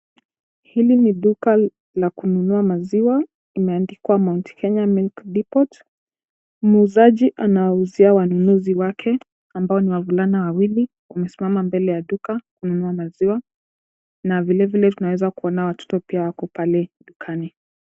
Hili ni duka la kununua maziwa imeandikwa Mount Kenya Milk Depot. Muuzaji anawauzia wanunuzi wake ambao ni wavulana wawili. Wamesimama mbele ya duka kununua maziwa, na vile vile tunaweza kuona watoto pia wako pale dukani.